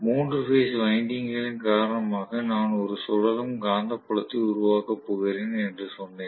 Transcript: மூன்று பேஸ் வைண்டிங்குகளின் காரணமாக நான் ஒரு சுழலும் காந்தப்புலத்தை உருவாக்கப் போகிறேன் என்று சொன்னேன்